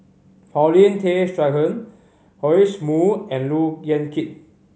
Paulin Tay Straughan Joash Moo and Look Yan Kit